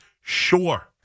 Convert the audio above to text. Sure